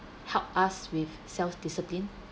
help us with self discipline